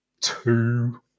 two